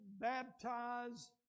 baptize